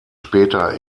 später